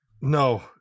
no